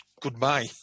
goodbye